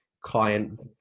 client